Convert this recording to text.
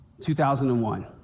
2001